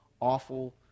awful